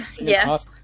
yes